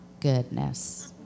goodness